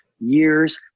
years